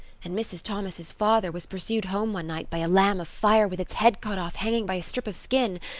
and mrs. thomas's father was pursued home one night by a lamb of fire with its head cut off hanging by a strip of skin.